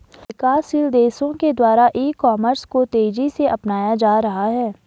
विकासशील देशों के द्वारा ई कॉमर्स को तेज़ी से अपनाया जा रहा है